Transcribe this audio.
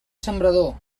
sembrador